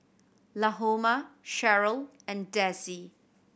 Lahoma Sherryl and Dessie